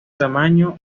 tamaño